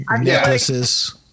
necklaces